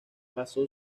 pasó